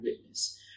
witness